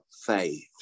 faith